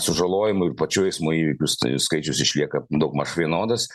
sužalojimų ir pačių eismo įvykių s skaičius išlieka daugmaž vienodas